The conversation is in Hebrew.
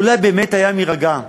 אולי באמת הים יירגע,